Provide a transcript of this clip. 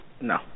No